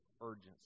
urgency